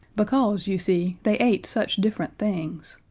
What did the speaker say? because, you see, they ate such different things.